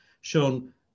shown